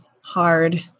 hard